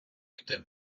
жити